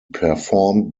performed